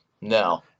No